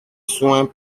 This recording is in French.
soins